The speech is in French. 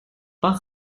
part